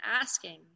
asking